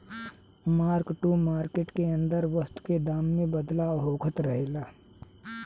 mark to market के अंदर वस्तु के दाम में बदलाव होखत रहेला